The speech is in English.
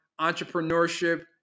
Entrepreneurship